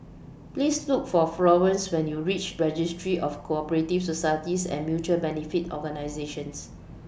Please Look For Florance when YOU REACH Registry of Co Operative Societies and Mutual Benefit Organisations